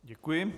Děkuji.